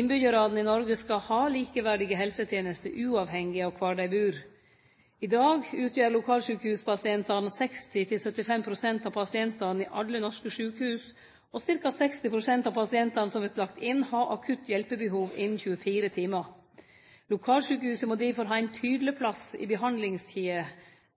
Innbyggjarane i Noreg skal ha likeverdige helsetenester, uavhengig av kvar dei bur. I dag utgjer lokalsjukehuspasientane 60–75 pst. av pasientane i alle norske sjukehus, og ca. 60 pst. av pasientane som vert lagde inn, har akutt hjelpebehov innan 24 timar. Lokalsjukehusa må difor ha ein tydeleg plass i